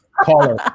Caller